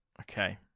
Okay